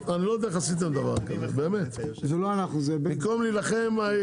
חשבנו שלא נכון לנקוט בגוף עצמו בתוך הממשלה.